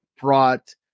brought